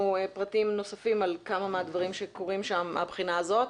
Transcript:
פרטים נוספים על כמה מהדברים שקורים שם מהבחינה הזאת.